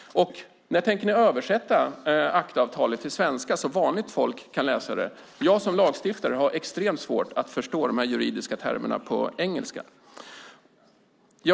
När tänker ni översätta ACTA-avtalet till svenska, så att vanligt folk kan läsa det? Jag som lagstiftare har extremt svårt att förstå de juridiska termerna på engelska.